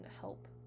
help